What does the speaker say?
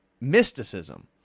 mysticism